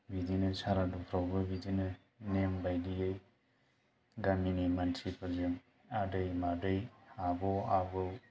बिदिनो सारादुफ्रावबो बिदिनो नेम बायदियै गामिनि मानसिफोरजों आदै मादै आब' आबौ